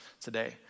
today